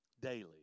Daily